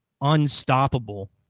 unstoppable